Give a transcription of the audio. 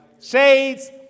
Shades